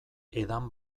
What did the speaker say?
edan